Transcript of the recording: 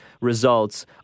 results